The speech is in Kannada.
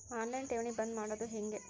ಆನ್ ಲೈನ್ ಠೇವಣಿ ಬಂದ್ ಮಾಡೋದು ಹೆಂಗೆ?